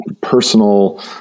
personal